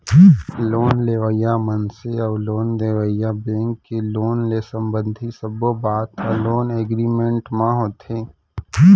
loan लेवइया मनसे अउ लोन देवइया बेंक के लोन ले संबंधित सब्बो बात ह लोन एगरिमेंट म होथे